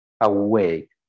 awake